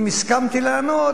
אם הסכמתי לענות,